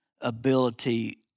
ability